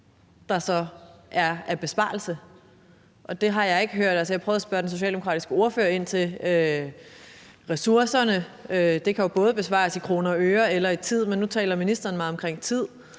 man så sparer. Det har jeg ikke hørt svaret på. Jeg prøvede at spørge den socialdemokratiske ordfører om ressourcerne. Det kan jo både besvares i kroner og øre og i tid, men nu taler ministeren meget om tid.